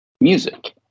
music